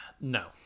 No